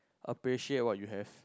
appreciate what you have